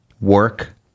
work